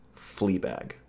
Fleabag